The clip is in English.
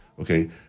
Okay